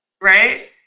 right